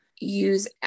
use